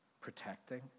protecting